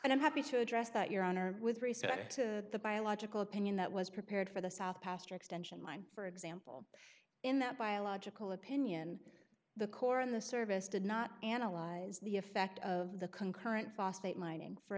and i'm happy to address that your honor with respect to the biological opinion that was prepared for the south pastor extension mine for example in that biological opinion the core of the service did not analyze the effect of the concurrent phosphate mining for